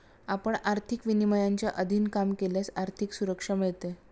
आपण आर्थिक विनियमांच्या अधीन काम केल्यास आर्थिक सुरक्षा मिळते